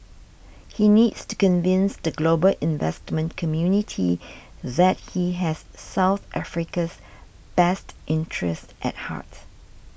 he needs to convince the global investment community that he has South Africa's best interests at heart